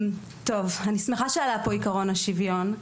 אני שמחה שעלה פה עיקרון השוויון.